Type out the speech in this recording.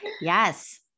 Yes